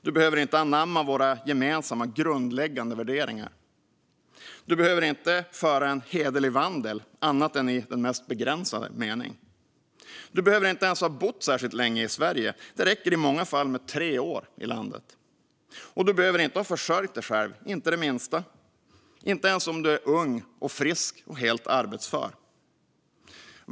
Du behöver inte anamma våra gemensamma grundläggande värderingar. Du behöver inte föra en hederlig vandel annat än i den mest begränsade mening. Du behöver inte ens ha bott särskilt länge i Sverige; det räcker i många fall med tre år i landet. Och inte ens om du är ung och frisk och helt arbetsför behöver du ha försörjt dig själv det minsta.